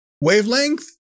wavelength